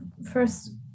First